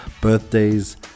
birthdays